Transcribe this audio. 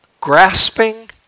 grasping